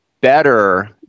better